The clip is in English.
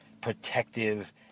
protective